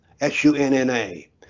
S-U-N-N-A